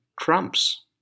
trumps